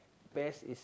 best is